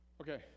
Okay